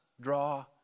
draw